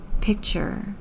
picture